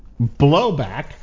blowback